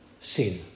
sin